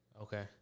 Okay